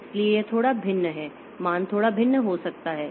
इसलिए यह थोड़ा भिन्न है मान थोड़ा भिन्न हो सकता है